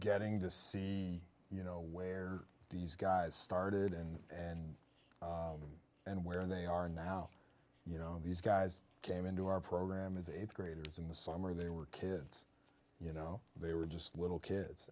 getting to see you know where these guys started and and and where they are now you know these guys came into our program as th graders in the summer they were kids you know they were just little kids